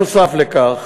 נוסף על כך,